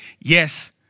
yes